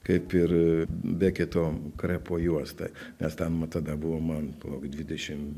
kaip ir beketo krepo juosta nes ten ma tada buvo man palauk dvidešim